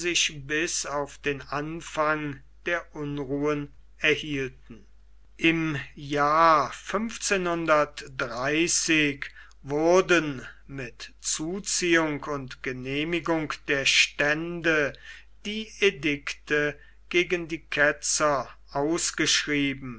bis auf den anfang der unruhen erhielten im jahr wurden mit zuziehung und genehmigung der stände die edikte gegen die ketzer ausgeschrieben